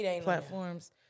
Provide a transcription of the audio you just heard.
platforms